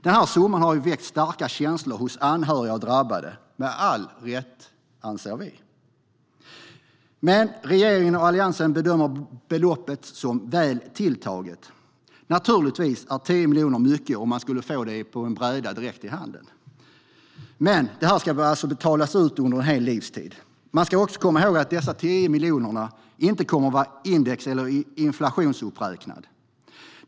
Den summan har väckt starka känslor hos anhöriga och drabbade, med all rätt, anser vi. Men regeringen och Alliansen bedömer beloppet som väl tilltaget. Naturligtvis är 10 miljoner mycket om man skulle få det på ett bräde, direkt i handen. Men det här ska alltså betalas ut under en hel livstid. Man ska också komma ihåg att dessa 10 miljoner inte kommer att vara index eller inflationsuppräknade.